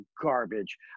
garbage